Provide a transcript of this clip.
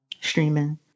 streaming